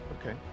Okay